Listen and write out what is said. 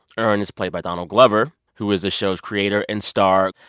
earn is played by donald glover, who is the show's creator and star,